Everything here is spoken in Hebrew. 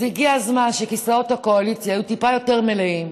אז הגיע הזמן שכיסאות הקואליציה יהיו טיפה יותר מלאים,